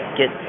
get